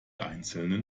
einzelnen